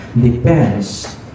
depends